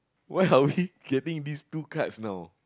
why are we getting these two cards now